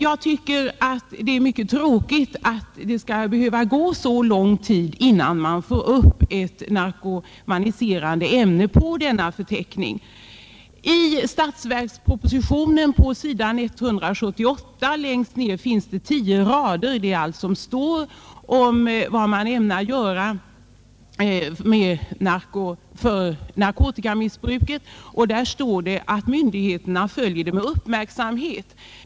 Jag tycker att det är mycket tråkigt att det skall behöva gå så lång tid innan man kan få upp ett narkotiserande ämne på narkotikaförteckningen. Längst ner på s. 178 i statsverkspropositionen finns tio rader — och det är allt som sägs i narkotikafrågan — om vilka åtgärder man ämnar vidta mot narkotikamissbruket. Där sägs, att myndigheterna följer problemet med uppmärksamhet.